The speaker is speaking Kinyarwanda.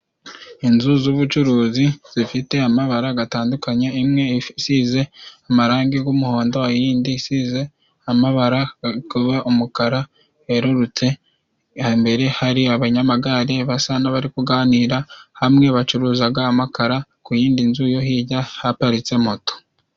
Inzu z'ubucuruzi zifite amabara atandukanye, imwe isize amarangi y'umuhondo, iyindi isize amabara ajya kuba umukara werurutse, aha imbere hari abanyamagare basa n'abari kuganira, hamwe bacuruza amakara, ku yindi nzu yo hirya haparitse moto.